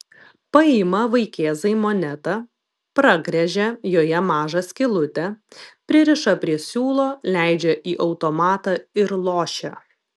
paima vaikėzai monetą pragręžia joje mažą skylutę pririša prie siūlo leidžia į automatą ir lošia